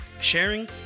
sharing